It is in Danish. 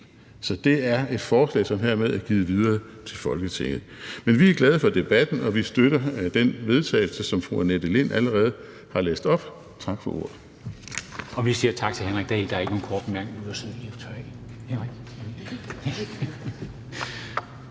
Så det er et forslag, som hermed er givet videre til Folketinget. Men vi er glade for debatten og støtter det forslag til vedtagelse, som fru Annette Lind allerede har læst op. Tak for ordet.